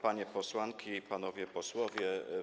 Panie Posłanki i Panowie Posłowie!